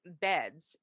beds